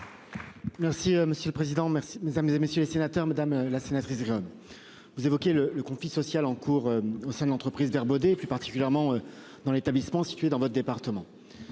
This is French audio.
Merci monsieur le président. Merci mesdames et messieurs les sénateurs Madame la sénatrice. Vous évoquez le le conflit social en cours au sein de l'entreprise Vert Baudet et plus particulièrement dans l'établissement situé dans votre département.